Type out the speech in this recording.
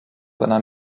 seiner